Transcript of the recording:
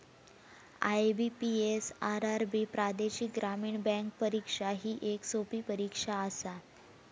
IBPS, RRB प्रादेशिक ग्रामीण bank परीक्षा ही येक सोपी परीक्षा आसा